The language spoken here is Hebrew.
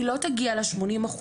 היא לא תגיע ל-80%,